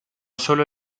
sólo